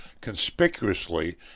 conspicuously